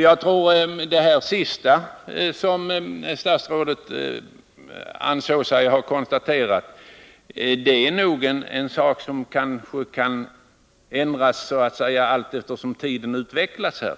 Jag tror att det sista som statsrådet ansåg sig ha konstaterat nog är något som kan ändras allteftersom tiden går.